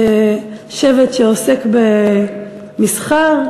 שבט שעוסק במסחר,